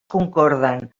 concorden